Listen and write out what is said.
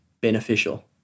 beneficial